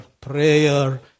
prayer